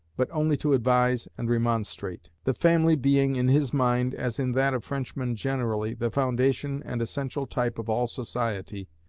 but only to advise and remonstrate. the family being, in his mind as in that of frenchmen generally, the foundation and essential type of all society,